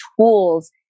tools